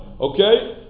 Okay